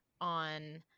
on